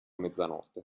mezzanotte